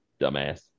dumbass